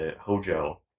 Hojo